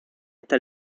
esta